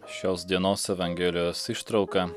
šios dienos evangelijos ištrauka